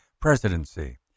presidency